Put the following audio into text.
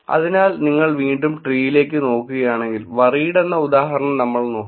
അതിനാൽ നിങ്ങൾ വീണ്ടും ട്രീയിലേക്ക് നോക്കുകയാണെങ്കിൽ വറീഡ് എന്ന ഉദാഹരണം നമ്മൾ നോക്കി